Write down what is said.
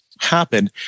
happen